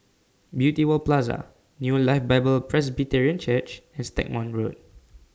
Beauty World Plaza New Life Bible Presbyterian Church as Stagmont Road